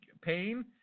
pain